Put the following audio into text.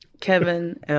Kevin